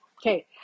Okay